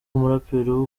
umuraperi